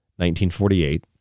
1948